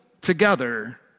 together